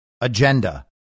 agenda